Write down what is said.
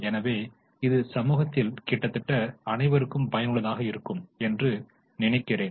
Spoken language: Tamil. எனவே இது சமூகத்தில் கிட்டத்தட்ட அனைவருக்கும் பயனுள்ளதாக இருக்கும் என்று நினைக்கிறேன்